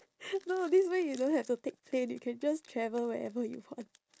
no this way you don't have to take plane you can just travel wherever you want